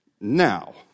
now